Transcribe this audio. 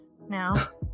now